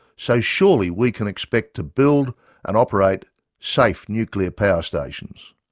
so surely we can expect to build and operate safe nuclear power stations.